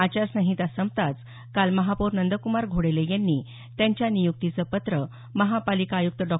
आचार संहिता संपताच काल महापौर नंदक्मार घोडेले यांनी त्यांच्या नियुक्तीचं पत्र माहापालिका आयुक्त डॉ